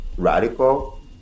radical